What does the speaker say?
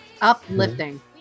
Uplifting